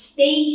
Stay